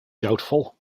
doubtful